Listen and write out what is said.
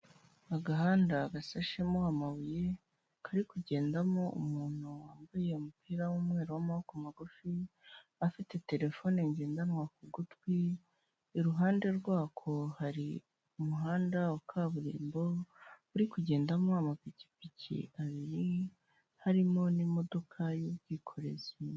Agahanda gasashemo amabuye kari kugendamo umuntu wambaye umupira w'umweru, w'amaboko magufi afite terefone ngendanwa ku gutwi, iruhande rwako hari umuhanda wa kaburimbo uri kugendamo amapikipiki abiri, harimo n'imodoka y'ubwikorezi.